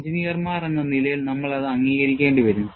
എഞ്ചിനീയർമാർ എന്ന നിലയിൽ നമ്മൾ അത് അംഗീകരിക്കേണ്ടിവരും